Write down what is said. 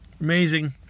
amazing